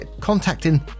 contacting